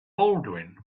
baldwin